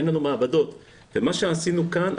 אין לנו מעבדות ומה שעשינו כאן,